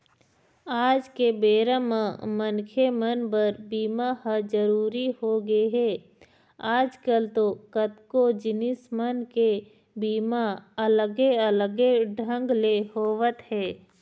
आज के बेरा म मनखे मन बर बीमा ह जरुरी होगे हे, आजकल तो कतको जिनिस मन के बीमा अलगे अलगे ढंग ले होवत हे